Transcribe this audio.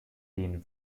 den